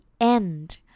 end